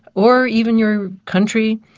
or even your country,